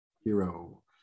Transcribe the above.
Hero